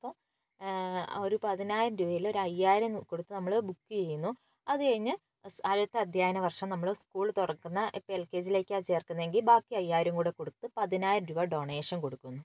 അപ്പം ഒര് പതിനായിരം രൂപയിൽ ഒരയ്യായിരം കൊടുത്ത് നമ്മൾ ബുക്ക് ചെയ്യുന്നു അതു കഴിഞ്ഞ് അടുത്ത അദ്ധ്യയന വർഷം നമ്മൾ സ്ക്കൂൾ തുറക്കുന്ന ഇപ്പോൾ എൽ കെ ജിയിലേക്കാണ് ചേർക്കുന്നതെങ്കിൽ ബാക്കി അയ്യായിരം കൂടി കൊടുത്ത് പതിനായിരം രൂപ ഡൊണേഷൻ കൊടുക്കുന്നു